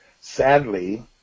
sadly